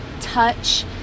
touch